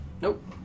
Nope